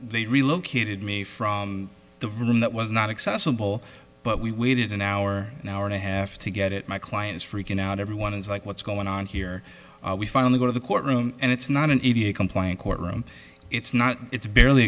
they relocated me from the room that was not accessible but we waited an hour an hour and a half to get it my client is freaking out everyone is like what's going on here we finally got to the courtroom and it's not an easy complaint courtroom it's not it's barely